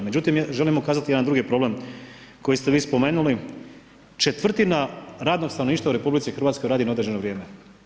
Međutim, želim ukazati na drugi problem koji iste vi spomenuli četvrtima radnog stanovništva u RH radi na određeno vrijeme.